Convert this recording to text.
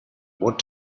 what